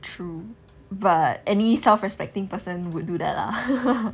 true but any self respecting person would do that lah